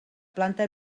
planta